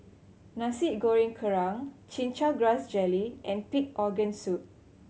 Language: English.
Nasi Goreng Kerang Chin Chow Grass Jelly and pig organ soup